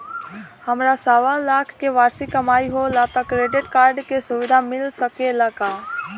हमार सवालाख के वार्षिक कमाई होला त क्रेडिट कार्ड के सुविधा मिल सकेला का?